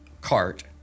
cart